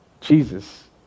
Jesus